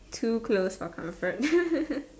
too close for comfort